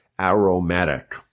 aromatic